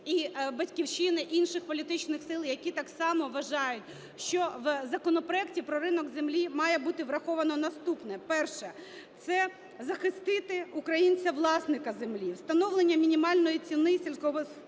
"Батьківщини", інших політичних сил, які так само вважають, що в законопроекті про ринок землі має бути враховано наступне. Перше. Це захистити українця власника землі. Встановлення мінімальної ціни сільськогосподарської